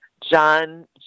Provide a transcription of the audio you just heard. john